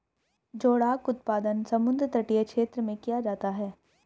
जोडाक उत्पादन समुद्र तटीय क्षेत्र में किया जाता है